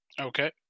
Okay